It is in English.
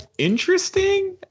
Interesting